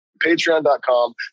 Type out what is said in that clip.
patreon.com